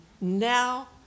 now